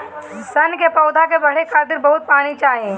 सन के पौधा के बढ़े खातिर बहुत पानी चाही